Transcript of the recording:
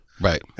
Right